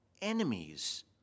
enemies